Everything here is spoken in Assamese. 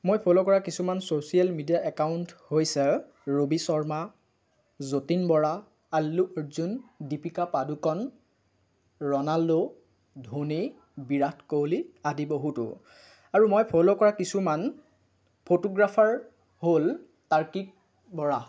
মই ফ'ল' কৰা কিছুমান চ'ছিয়েল মিডিয়া একাউণ্ট হৈছে ৰবি শৰ্মা যতিন বৰা আল্লু অৰ্জুন দীপিকা পাডুকন ৰণাল্ডো ধোনী বিৰাট ক'হলী আদি বহুতো আৰু মই ফ'ল' কৰা কিছুমান ফট'গ্ৰাফাৰ হ'ল তাৰ্কিক বৰা